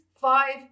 five